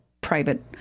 private